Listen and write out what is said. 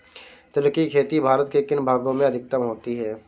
तिल की खेती भारत के किन भागों में अधिकतम होती है?